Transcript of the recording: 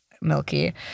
milky